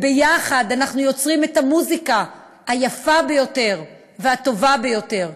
וביחד אנחנו יוצרים את המוזיקה היפה ביותר והטובה ביותר,